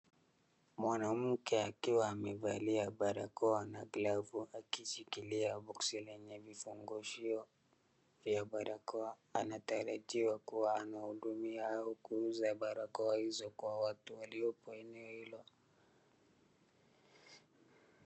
Mwanamke akiwa amevalia barakoa na glavu akishikilia boksi lenye vifungushio vya barakoa. Anatarajiwa kuwa anahudumia au kuuza barakoa hizo kwa watu waliopo eneo hilo.